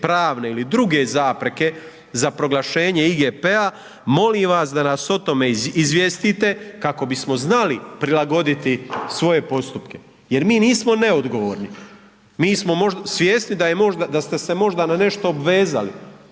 pravne ili druge zapreke za proglašenje IGP-a molim vas da nas o tome izvijestite kako bismo znali prilagoditi svoje postupke jer mi nismo neodgovorni, mi smo svjesni da ste se možda na nešto obvezali,